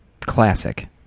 Classic